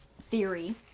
theory